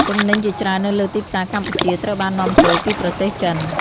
ទំនិញជាច្រើននៅលើទីផ្សារកម្ពុជាត្រូវបាននាំចូលពីប្រទេសចិន។